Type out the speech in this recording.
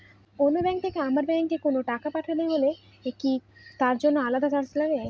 অন্য ব্যাংক থেকে আমার ব্যাংকে কোনো টাকা পাঠানো হলে কি তার জন্য আলাদা চার্জ লাগে?